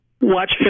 Watch